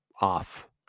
off